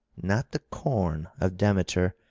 not the corn of demeter,